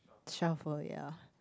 shovel ya